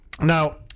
now